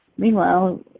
Meanwhile